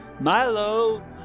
Milo